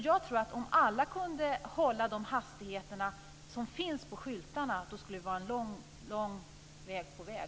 Jag tror att om alla kunde hålla de hastigheter som står på skyltarna skulle vi vara en god bit på väg.